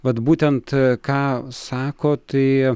vat būtent ką sako tai